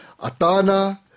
Atana